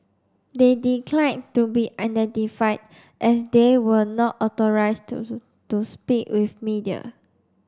they declined to be identified as they were not authorised to speak with media